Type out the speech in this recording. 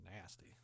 nasty